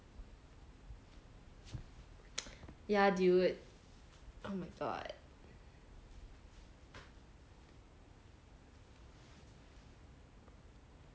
yeah dude oh my god